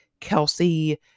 Kelsey